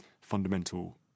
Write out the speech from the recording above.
fundamental